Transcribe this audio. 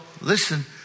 listen